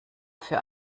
für